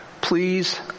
please